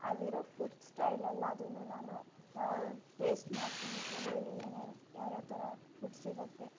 ಅಲ್ಲಿರೋ food style ಎಲ್ಲಾದನ್ನೂ ನಾನು ಟೇಸ್ಟ್ ಮಾಡ್ತೀನಿ ಎಲ್ಲೆಲ್ಲಿ ಏನೇನು ಯಾವ್ಯಾವ ಥರ ಫುಡ್ ಸಿಗುತ್ತೆ